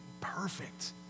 perfect